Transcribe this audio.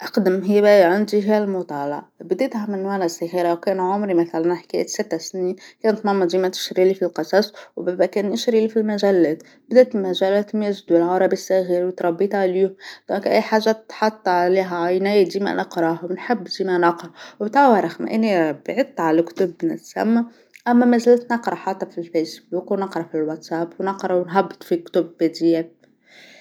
أقدم هواية عندى هى المطالعة بديتها من وأنا صغيرة وكان عمري مثلا أحكاية ست سنين كانت ماما ديما تشتريلى في القصص وبالبا كان يشريلى في المجلات، بداية مجالات ماجد والعربي الصغير وتربيت عليهم، هاك أي حاجة تتحط عليها عيني ديما نقراها ونحب ديما نقراها، وتوا رخمة إنى يا ربي بعدت عن الكتب من السامة، أما مازالت نقرا حتى في الفيسبوك ونقرا في الواتساب ونقرا ونهبط في الكتب بى دى إف.